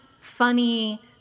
funny